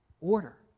order